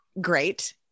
great